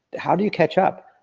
how do you catch up?